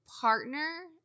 partner